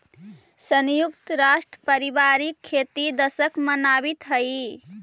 संयुक्त राष्ट्र पारिवारिक खेती दशक मनावित हइ